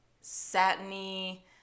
satiny